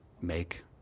make